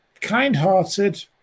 kind-hearted